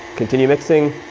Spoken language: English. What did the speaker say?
continue mixing.